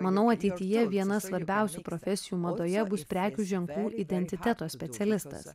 manau ateityje viena svarbiausių profesijų madoje bus prekių ženklų identiteto specialistas